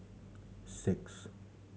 six